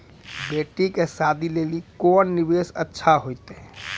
बेटी के शादी लेली कोंन निवेश अच्छा होइतै?